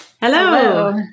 Hello